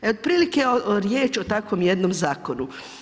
Otprilike je riječ o takvom jednom zakonu.